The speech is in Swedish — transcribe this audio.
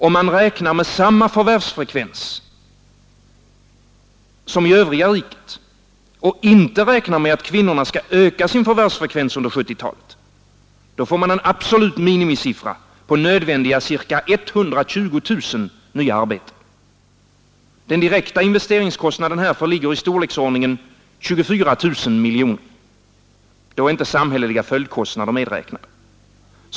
Om man räknar med samma förvärvsfrekvens som i övriga riket och inte räknar med att kvinnorna skall öka sin förvärvsfrekvens under 1970-talet får man en absolut minimisiffra på nödvändiga ca 120 000 nya arbeten. Den direkta investeringskostnaden härför ligger i storleksordningen 24 000 miljoner. Samhälleliga följdkostnader är då inte 69 medräknade.